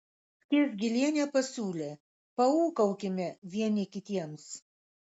skiesgilienė pasiūlė paūkaukime vieni kitiems